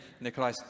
Nikolai